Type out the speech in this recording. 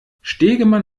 stegemann